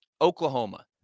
Oklahoma